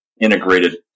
integrated